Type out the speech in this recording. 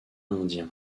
indien